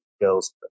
girls